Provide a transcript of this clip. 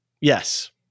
Yes